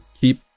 keep